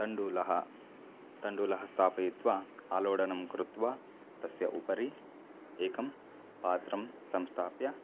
तण्डुलः तण्डुलः स्थापयित्वा आलोडनं कृत्वा तस्य उपरि एकं पात्रं संस्थाप्य